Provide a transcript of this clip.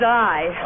die